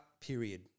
period